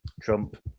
Trump